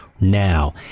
now